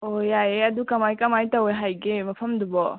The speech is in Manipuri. ꯑꯣ ꯌꯥꯏꯌꯦ ꯑꯗꯨ ꯀꯃꯥꯏꯅ ꯀꯃꯥꯏ ꯇꯧꯏ ꯍꯥꯏꯒꯦ ꯃꯐꯝꯗꯨꯕꯣ